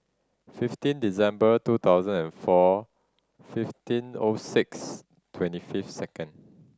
fifteen December two thousand and four fifteen O six twenty fifth second